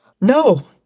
no